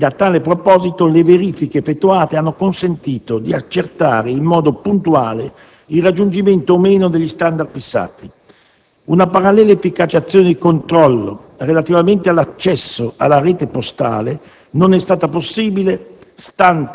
e a tale proposito le verifiche effettuate hanno consentito di accertare in modo puntuale il raggiungimento o meno degli *standard* fissati. Una parallela efficace azione di controllo relativamente all'accesso alla rete postale non è stata possibile,